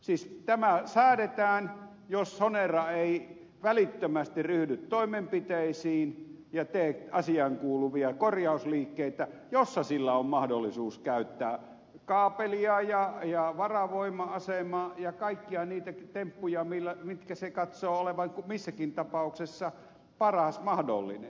siis tämä säädetään jos sonera ei välittömästi ryhdy toimenpiteisiin ja tee asiaankuuluvia korjausliikkeitä joissa sillä on mahdollisuus käyttää kaapelia ja varavoima asemaa ja kaikkia niitä temppuja joiden se katsoo olevan missäkin tapauksessa paras mahdollinen